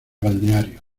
balneario